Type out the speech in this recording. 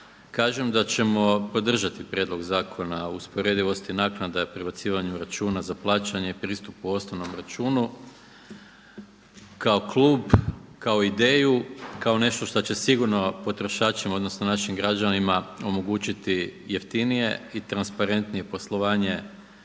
je da ćemo podržati Prijedlog zakona o usporedivosti naknada, prebacivanju računa za plaćanje i pristupu osnovnom računu kao klub, kao ideju, kao nešto što će sigurno potrošačima, odnosno našim građanima omogućiti jeftinije i transparentnije poslovanje